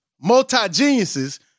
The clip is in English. multi-geniuses